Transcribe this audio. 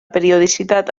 periodicitat